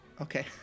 Okay